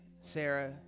Sarah